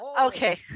Okay